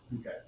Okay